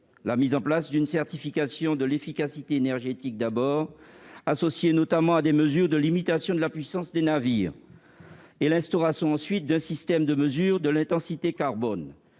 : mise en place d'une certification de l'efficacité énergétique, associée, notamment, à des mesures de limitation de la puissance des navires et instauration d'un système de mesures de l'intensité carbone.